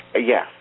Yes